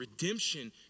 Redemption